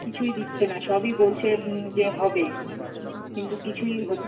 কিছুই দিচ্ছে না সবই বলছে যে হবে কিন্তু কিছুই হচ